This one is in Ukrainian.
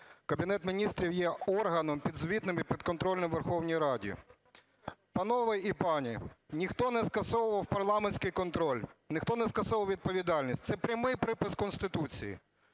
Кабінет Міністрів є органом, підзвітним і підконтрольним Верховній Раді. Панове і пані, ніхто не скасовував парламентський контроль, ніхто не скасовував відповідальність. Це прямий припис Конституції.